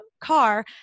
car